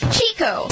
Chico